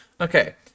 Okay